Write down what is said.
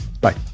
Bye